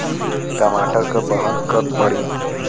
टमाटर क बहन कब पड़ी?